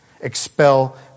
Expel